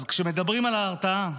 אז כשמדברים על ההרתעה,